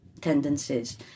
tendencies